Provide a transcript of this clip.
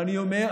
ואני אומר,